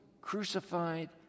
crucified